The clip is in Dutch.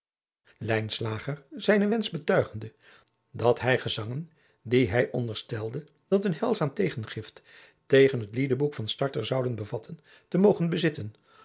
zijnen wensch betuigende dat hij gezangen die hij onderstelde dat een heilzaam tegengift tegen het liedeboek van starter zouden bevatten te mogen bezitten